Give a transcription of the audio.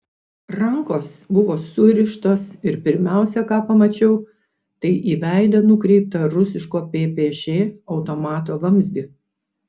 rankos buvo surištos ir pirmiausiai ką pamačiau tai į veidą nukreiptą rusiško ppš automato vamzdį